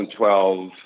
2012